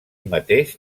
mateix